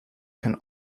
can